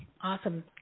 Awesome